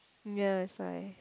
ya it's like